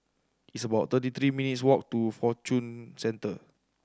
it's about thirty three minutes' walk to Fortune Centre